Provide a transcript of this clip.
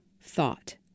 Thought